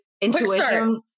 intuition